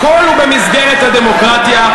הכול במסגרת הדמוקרטיה.